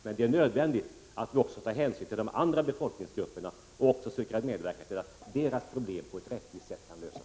Men det är nödvändigt att vi också tar hänsyn till de andra befolkningsgrupperna och även försöker medverka till att deras problem kan lösas på ett rättvist sätt.